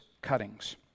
cuttings